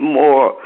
more